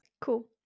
Cool